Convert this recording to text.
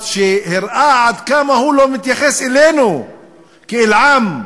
שהראה עד כמה הוא לא מתייחס אלינו כאל עם,